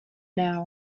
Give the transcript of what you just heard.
now